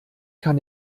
kann